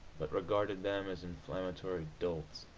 but regarded them as inflammatory dolts,